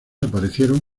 aparecieron